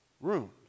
rooms